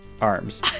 Arms